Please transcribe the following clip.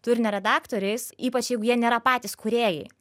turine redaktoriais ypač jeigu jie nėra patys kūrėjai